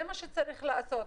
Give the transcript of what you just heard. זה מה שצריך לעשות.